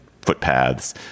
footpaths